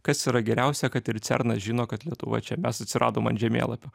kas yra geriausia kad ir cernas žino kad lietuva čia mes atsiradom ant žemėlapio